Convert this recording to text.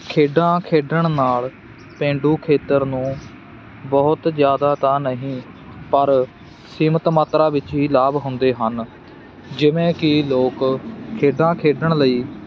ਖੇਡਾਂ ਖੇਡਣ ਨਾਲ ਪੇਂਡੂ ਖੇਤਰ ਨੂੰ ਬਹੁਤ ਜ਼ਿਆਦਾ ਤਾਂ ਨਹੀਂ ਪਰ ਸੀਮਤ ਮਾਤਰਾ ਵਿੱਚ ਹੀ ਲਾਭ ਹੁੰਦੇ ਹਨ ਜਿਵੇਂ ਕਿ ਲੋਕ ਖੇਡਾਂ ਖੇਡਣ ਲਈ